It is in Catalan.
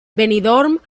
benidorm